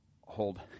hold